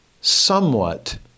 somewhat